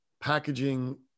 packaging